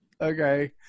Okay